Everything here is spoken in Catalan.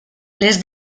les